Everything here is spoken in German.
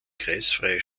kreisfreie